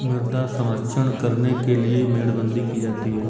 मृदा संरक्षण करने के लिए मेड़बंदी की जाती है